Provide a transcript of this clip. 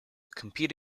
compete